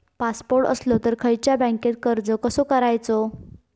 Passport असलो तर खयच्या बँकेत अर्ज कसो करायचो?